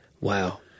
Wow